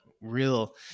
real